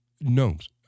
Gnomes